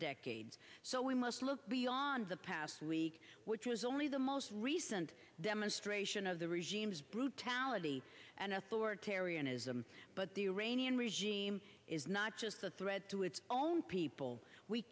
decades so we must look beyond the past week which was only the most recent demonstration of the regime's brutality and authoritarianism but the iranian regime is not just a threat to its own people we